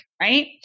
right